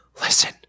listen